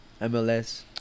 mls